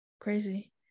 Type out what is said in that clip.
crazy